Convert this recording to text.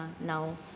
now